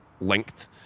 linked